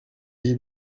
iyi